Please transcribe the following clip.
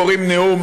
קוראים נאום,